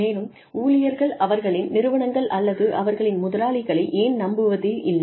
மேலும் ஊழியர்கள் அவர்களின் நிறுவனங்கள் அல்லது அவர்களின் முதலாளிகளை ஏன் நம்புவதில்லை